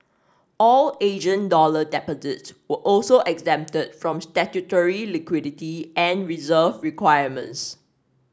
all Asian dollar deposits were also exempted from statutory liquidity and reserve requirements